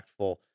impactful